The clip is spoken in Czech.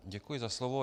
Děkuji za slovo.